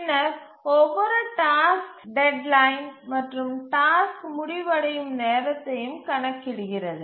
பின்னர் ஒவ்வொரு task deadline மற்றும் டாஸ்க் முடிவடையும் நேரத்தையும் கணக்கிடுகிறது